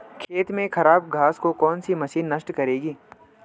खेत में से खराब घास को कौन सी मशीन नष्ट करेगी?